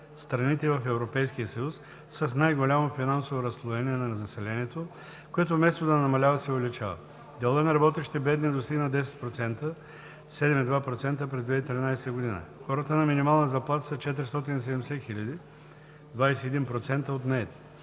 страните в Европейския съюз с най-голямо финансово разслоение на населението, което, вместо да намалява, се увеличава. Делът на работещите бедни достига 10% – 7,2% през 2013 г. Хората на минимална заплата са 470 хиляди – 21% от наетите.